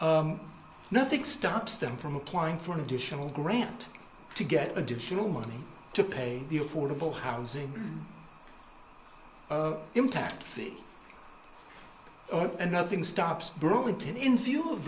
nothing stops them from applying for an additional grant to get additional money to pay the affordable housing impact and nothing stops brewington in view of